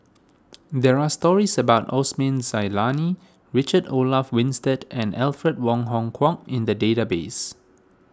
there are stories about Osman Zailani Richard Olaf Winstedt and Alfred Wong Hong Kwok in the database